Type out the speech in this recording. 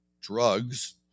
drugs